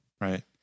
Right